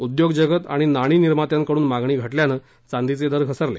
उद्योग जगत आणि नाणी निर्मात्यांकडून मागणी घटल्यामुळे चांदीचे दर घसरले